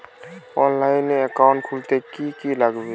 অনলাইনে একাউন্ট খুলতে কি কি লাগবে?